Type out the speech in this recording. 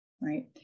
right